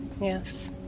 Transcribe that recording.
yes